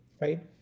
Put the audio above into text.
right